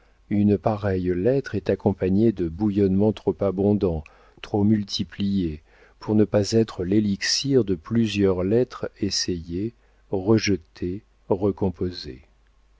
une pareille lettre est accompagnée de bouillonnements trop abondants trop multipliés pour ne pas être l'élixir de plusieurs lettres essayées rejetées recomposées